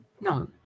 No